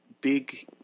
big